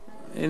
מי אשם בזה?